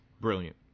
brilliant